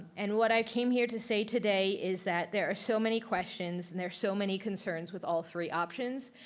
and what i came here to say today is that there are so many questions and there are so many concerns with all three options.